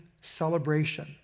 celebration